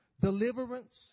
deliverance